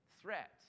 threat